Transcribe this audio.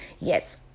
Yes